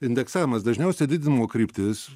indeksavimas dažniausiai didinimo kryptis